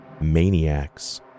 maniacs